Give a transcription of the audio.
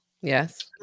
Yes